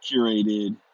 curated